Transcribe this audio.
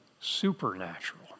supernatural